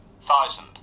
thousand